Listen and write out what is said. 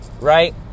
right